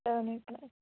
seven eight nine